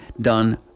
done